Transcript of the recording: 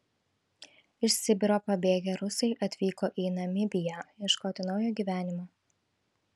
iš sibiro pabėgę rusai atvyko į namibiją ieškoti naujo gyvenimo